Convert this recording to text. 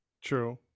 True